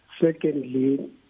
Secondly